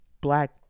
black